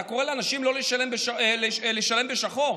אתה קורא לאנשים לשלם בשחור?